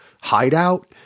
hideout